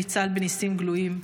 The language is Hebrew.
ניצל בניסים גלויים.